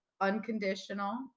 unconditional